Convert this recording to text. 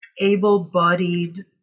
able-bodied